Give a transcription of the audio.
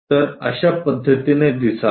तर अशा पद्धतीने दिसावे